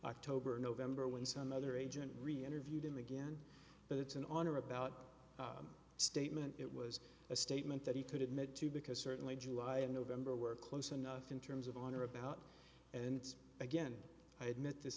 october or november when some other agent really interviewed him again but it's an on or about statement it was a statement that he could admit to because certainly july and november were close enough in terms of on or about and again i admit this